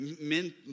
Men